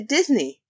Disney